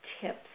tips